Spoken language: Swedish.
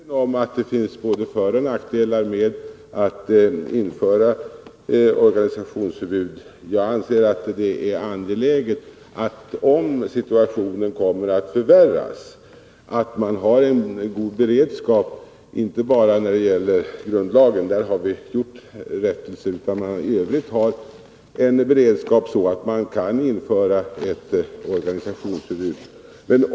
Herr talman! Jag är medveten om att det finns både föroch nackdelar med att införa ett organisationsförbud. Jag anser det dock angeläget att man, om situationen kommer att förvärras, har en god beredskap, inte bara när det gäller grundlagen där vi har gjort förändringar för att möjliggöra ett förbud mot rasistiska organisationer. Även i övrigt bör man ha en beredskap så att man genom lagstiftning kan införa ett organisationsförbud.